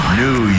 new